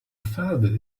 father